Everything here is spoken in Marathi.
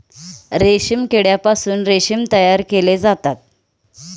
रेशीम किड्यापासून रेशीम तयार केले जाते